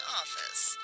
office